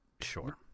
Sure